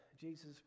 Jesus